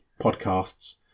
podcasts